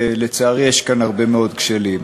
ולצערי יש כאן הרבה מאוד כשלים.